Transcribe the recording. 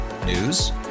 News